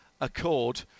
Accord